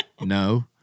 no